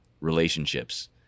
relationships